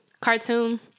cartoon